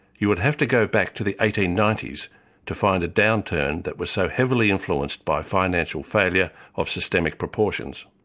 you would have to go back to the eighteen ninety s to find a downturn that was so heavily influenced by financial failure of systemic proportions.